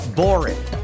boring